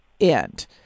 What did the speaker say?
end